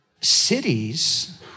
cities